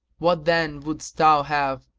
what then wouldst thou have,